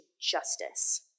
justice